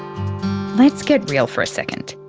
let's get real for a second.